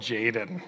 Jaden